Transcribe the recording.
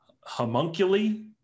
homunculi